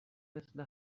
مثل